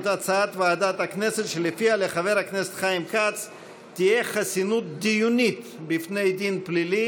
הצעת ועדת הכנסת לקביעת חסינות בפני דין פלילי